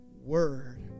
word